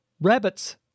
rabbits